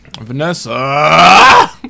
Vanessa